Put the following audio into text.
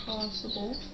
Possible